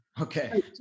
Okay